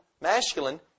masculine